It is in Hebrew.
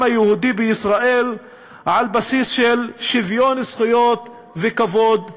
היהודי בישראל על בסיס של שוויון זכויות וכבוד הדדי.